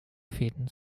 fäden